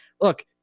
look